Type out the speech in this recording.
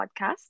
podcast